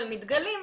אבל מתגלים,